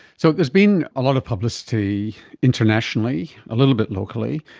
so there's been a lot of publicity internationally a little bit locally,